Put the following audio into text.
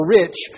rich